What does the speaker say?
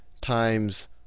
times